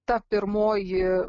ta pirmoji